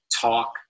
talk